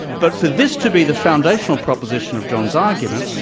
but for this to be the foundational proposition of john's argument,